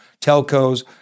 telcos